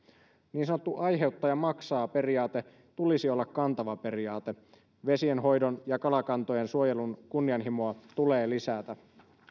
niin sanotun aiheuttaja maksaa periaatteen tulisi olla kantava periaate vesienhoidon ja kalakantojen suojelun kunnianhimoa tulee lisätä